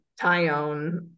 Tyone